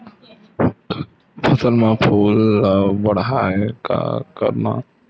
फसल म फूल ल बढ़ाय का करन?